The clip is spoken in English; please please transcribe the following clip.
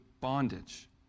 bondage